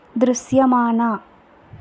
దృశ్యమాన